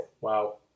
wow